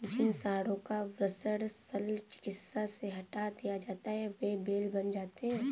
जिन साँडों का वृषण शल्य चिकित्सा से हटा दिया जाता है वे बैल बन जाते हैं